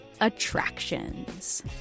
Attractions